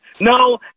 No